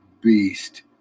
beast